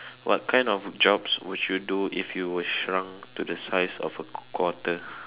what kind of jobs would you do if you were shrunk to the size of a q~ quarter